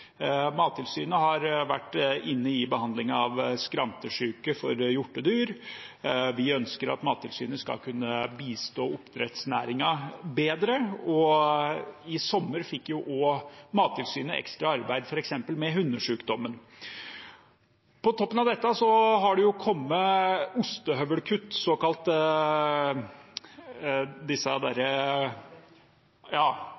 har vært involvert i behandlingen av skrantesyke for hjortedyr, vi ønsker at de skal kunne bistå oppdrettsnæringen bedre, og i sommer fikk Mattilsynet også ekstra arbeid med hundesykdommen. På toppen av dette har det kommet ostehøvelkutt